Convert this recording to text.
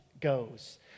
goes